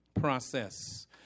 process